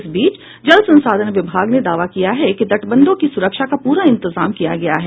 इस बीच जल संसाधन विभाग ने दावा किया है कि तटबंधों की सुरक्षा का पूरा इतजाम किया गया है